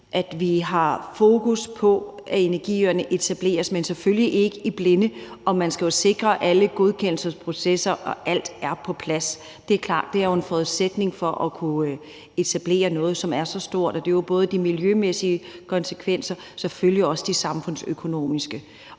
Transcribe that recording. at vi har fokus på, at energiøerne etableres, men selvfølgelig ikke i blinde, og man skal jo sikre, at alle godkendelsesprocesser og alt er på plads, det er klart. Det er jo en forudsætning for at kunne etablere noget, som er så stort, og der er både de miljømæssige konsekvenser og selvfølgelig også de samfundsøkonomiske,